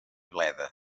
bleda